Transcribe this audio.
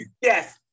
Yes